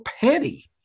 petty